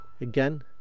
Again